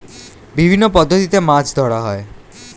বিভিন্ন পদ্ধতিতে মাছ ধরা হয়